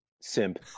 Simp